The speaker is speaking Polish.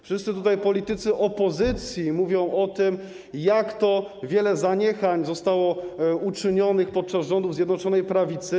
Wszyscy politycy opozycji mówią o tym, jak to wiele zaniechań zostało uczynionych podczas rządów Zjednoczonej Prawicy.